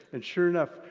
and sure enough,